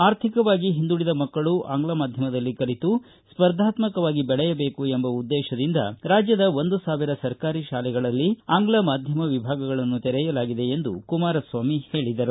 ಆರ್ಥಿಕವಾಗಿ ಹಿಂದುಳಿದ ಮಕ್ಕಳೂ ಆಂಗ್ಲ ಮಾಧ್ಯಮದಲ್ಲಿ ಕಲಿತು ಸ್ಪರ್ಧಾತ್ಮಕವಾಗಿ ಬೆಳೆಯಬೇಕು ಎಂಬ ಉದ್ದೇಶದಿಂದ ರಾಜ್ಯದ ಒಂದು ಸಾವಿರ ಸರ್ಕಾರಿ ಶಾಲೆಗಳಲ್ಲಿ ಆಂಗ್ಲ ಮಾಧ್ಯಮ ಶಾಲೆಗಳನ್ನು ತೆರೆಯಲಾಗಿದೆ ಎಂದು ಕುಮಾರಸ್ವಾಮಿ ಹೇಳಿದರು